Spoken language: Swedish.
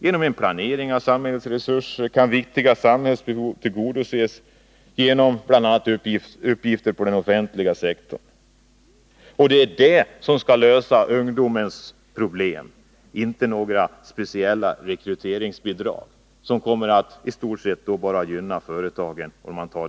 Genom en planering av samhällets resurser kan viktiga samhällsbehov tillgodoses, bl.a. genom uppgifter på den offentliga sektorn. Det är det som skall lösa ungdomens problem, inte några speciella rekryteringsbidrag, som i stället bara kommer att gynna företagen.